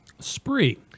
Spree